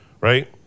right